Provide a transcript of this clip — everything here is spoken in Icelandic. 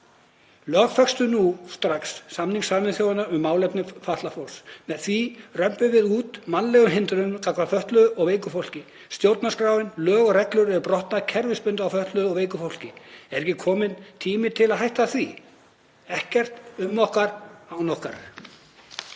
Lögfestum strax samning Sameinuðu þjóðanna um málefni fatlaðs fólks. Með því römpum við út mannlegum hindrunum gagnvart fötluðu og veiku fólki. Stjórnarskráin, lög og reglur eru brotnar kerfisbundið á fötluðu og veiku fólki. Er ekki kominn tími til að hætta því? Ekkert um okkur án okkar.